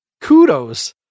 kudos